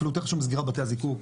אפילו יותר חשוב מסגירת בתי הזיקוק.